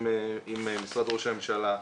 עם משרד ראש הממשלה.